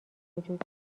وجود